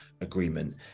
agreement